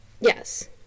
yes